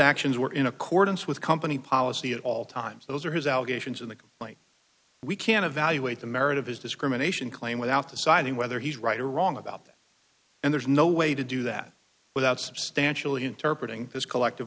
actions were in accordance with company policy at all times those are his allegations in the light we can evaluate the merit of his discrimination claim without deciding whether he's right or wrong about that and there's no way to do that without substantially interprete ing his collective